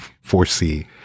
foresee